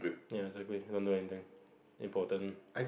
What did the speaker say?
ya exactly don't do anything important